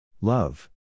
Love